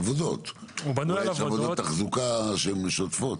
עבודות, אולי יש עבודות תחזוקה שהן שוטפות.